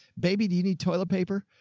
baby. do you need toilet paper?